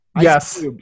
Yes